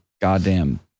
goddamn